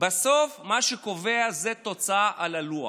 בסוף מה שקובע זו התוצאה על הלוח.